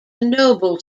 noble